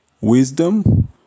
wisdom